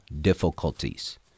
difficulties